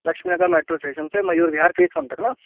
Lakshmi Nagar metro station سے Mayur Vihar phase one تک نا